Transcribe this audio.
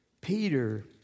Peter